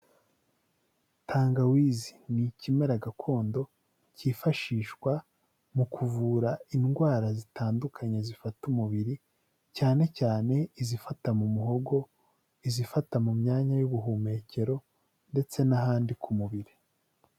Tangawizi ni ikimera gakondo cyifashishwa mu kuvura indwara zitandukanye zifata umubiri cyane cyane izifata mu muhogo, izifata mu myanya y'ubuhumekero ndetse n'ahandi ku mubiri.